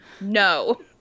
no